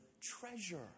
treasure